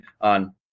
on